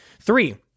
Three